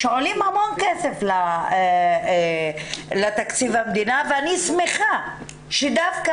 שעולים המון כסף לתקציב המדינה ואני שמחה שדווקא